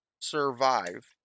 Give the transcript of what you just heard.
survive